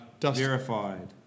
Verified